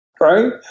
Right